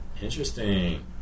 Interesting